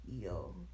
yo